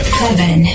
seven